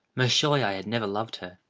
most surely i had never loved her.